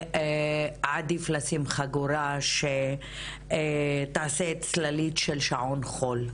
ועדיף לשים חגורה שתעשה צללית של שעון חול.